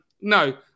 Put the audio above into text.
no